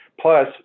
Plus